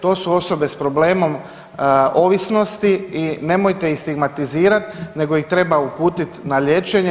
To su osobe sa problemom ovisnosti i nemojte ih stigmatizirati, nego ih treba uputiti na liječenje.